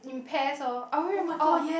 in pairs orh I rem~